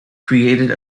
created